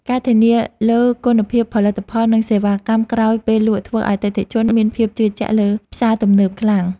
ការធានាលើគុណភាពផលិតផលនិងសេវាកម្មក្រោយពេលលក់ធ្វើឱ្យអតិថិជនមានភាពជឿជាក់លើផ្សារទំនើបខ្លាំង។